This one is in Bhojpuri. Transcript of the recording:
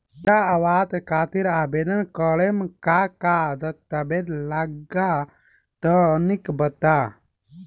इंद्रा आवास खातिर आवेदन करेम का का दास्तावेज लगा तऽ तनि बता?